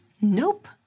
Nope